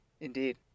Indeed